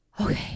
okay